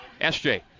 SJ